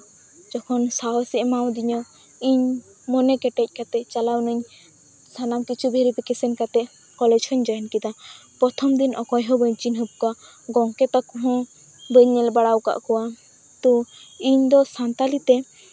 ᱡᱚᱠᱷᱚᱱ ᱥᱟᱸᱦᱚᱥᱮᱭ ᱮᱢᱟᱣᱟᱫᱤᱧᱟ ᱤᱧ ᱢᱚᱱᱮ ᱠᱮᱴᱮᱡ ᱠᱟᱛᱮ ᱪᱟᱞᱟᱣᱱᱟᱹᱧ ᱥᱟᱱᱟᱢ ᱠᱤᱪᱷᱩ ᱵᱷᱮᱨᱤᱯᱷᱤᱠᱮᱥᱚᱱ ᱠᱟᱛᱮ ᱠᱚᱞᱮᱡ ᱦᱩᱸᱧ ᱡᱚᱭᱮᱱ ᱠᱮᱫᱟ ᱯᱨᱚᱛᱷᱚᱢ ᱫᱤᱱ ᱚᱠᱚᱭ ᱦᱚᱸ ᱵᱟᱹᱧ ᱪᱤᱱᱦᱟᱹᱯ ᱠᱚᱣᱟ ᱜᱚᱝᱠᱮ ᱛᱟᱠᱚ ᱦᱚᱸ ᱵᱟᱹᱧ ᱧᱮᱞ ᱵᱟᱲᱟᱣ ᱟᱠᱟᱫ ᱠᱚᱣᱟ ᱛᱚ ᱤᱧ ᱫᱚ ᱥᱟᱱᱛᱟᱲᱤᱛᱮ